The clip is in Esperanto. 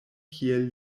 kiel